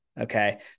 Okay